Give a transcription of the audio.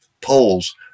polls